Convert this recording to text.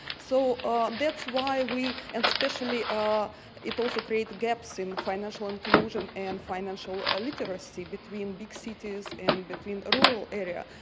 so ah that's why we and especially our it also create gaps in the financial inclusion and financial literacy between big cities and between rural area.